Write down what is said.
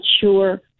sure